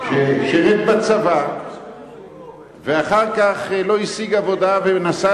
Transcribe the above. ששירת בצבא ואחר כך לא השיג עבודה ונסע